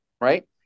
right